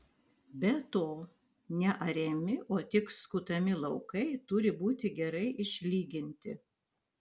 be to neariami o tik skutami laukai turi būti gerai išlyginti